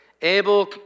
Abel